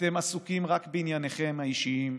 אתם עסוקים רק בענייניכם האישיים,